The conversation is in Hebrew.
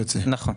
נכון.